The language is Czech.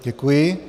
Děkuji.